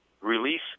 release